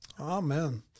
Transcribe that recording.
Amen